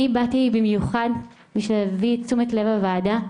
אני באתי במיוחד בשביל להסב את תשומת לב הוועדה,